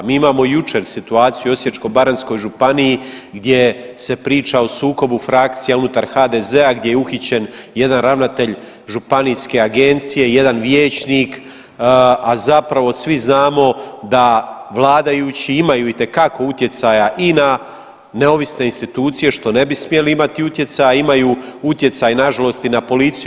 Mi imamo jučer situaciju u Osječko-baranjskoj županiji gdje se priča o sukobu frakcija unutar HDZ-a gdje je uhićen jedan ravnatelj županijske agencije, jedan vijećnik, a zapravo svi znamo da vladajući imaju itekako utjecaja i na neovisne institucije što ne bi smjeli imati utjecaja, imaju utjecaj nažalost i na policiju.